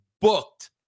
booked